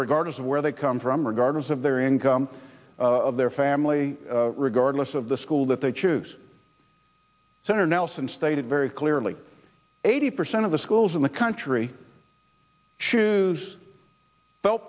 regardless of where they come from regardless of their income of their family regardless of the school that they choose senator nelson stated very clearly eighty percent of the schools in the country choose well